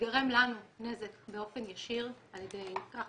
ייגרם לנו נזק באופן ישיר על ידי כך